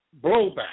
blowback